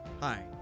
Hi